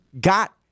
got